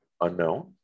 unknown